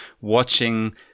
watching